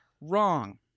wrong